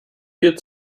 viel